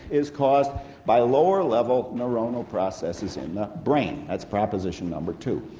is caused by lower-level neuronal processes in the brain. that's proposition number two.